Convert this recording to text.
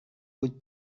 vuit